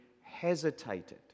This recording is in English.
hesitated